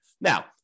Now